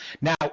Now